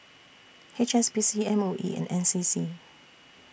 H S B C M O E and N C C